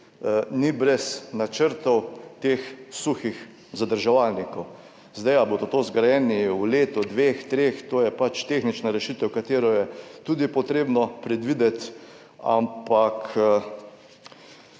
ni brez načrtov teh suhih zadrževalnikov. Ali bodo zgrajeni v letu, dve, treh, to je tehnična rešitev, katero je tudi potrebno predvideti, ampak